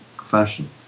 fashion